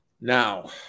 Now